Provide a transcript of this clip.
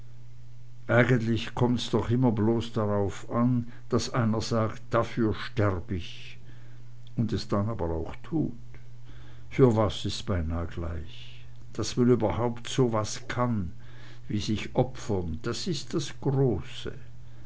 eigentlich kommt's doch immer bloß darauf an daß einer sagt dafür sterb ich und es dann aber auch tut für was is beinah gleich daß man überhaupt so was kann wie sich opfern das ist das große